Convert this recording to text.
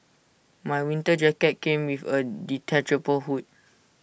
my winter jacket came with A detachable hood